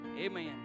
Amen